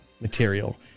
material